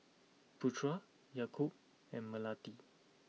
Putra Yaakob and Melati